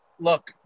look